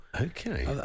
Okay